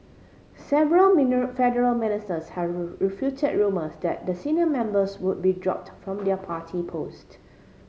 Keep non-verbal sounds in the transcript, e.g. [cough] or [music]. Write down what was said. several [unintelligible] federal ministers have [unintelligible] refuted rumours that the senior members would be dropped from their party post